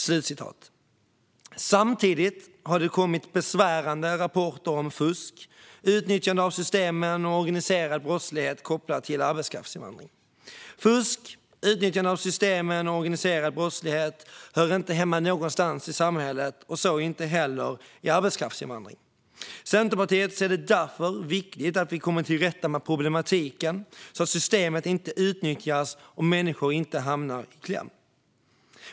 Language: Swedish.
Samtidigt har det kommit besvärande rapporter om fusk, utnyttjande av systemen och organiserad brottslighet kopplat till arbetskraftsinvandring. Fusk, utnyttjande av systemen och organiserad brottslighet hör inte hemma någonstans i samhället, inte heller när det gäller arbetskraftsinvandring. Centerpartiet ser det därför som viktigt att vi kommer till rätta med problematiken så att systemen inte utnyttjas och så att människor inte hamnar i kläm.